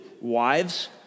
wives